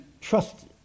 trust